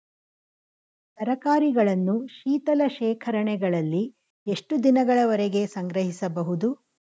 ತರಕಾರಿಗಳನ್ನು ಶೀತಲ ಶೇಖರಣೆಗಳಲ್ಲಿ ಎಷ್ಟು ದಿನಗಳವರೆಗೆ ಸಂಗ್ರಹಿಸಬಹುದು?